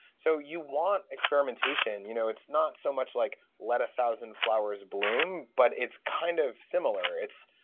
so you want experimentation. you know it's not so much like, let a thousand flowers bloom, but it's kind of similar, it's,